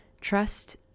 Trust